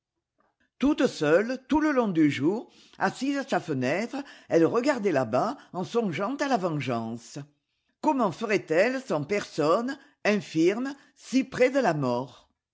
toute seule tout le long du jour assise a sa fenêtre elle regardait là-bas en songeant à la vengeance comment ferait-elle sans personne infirme si près de la mort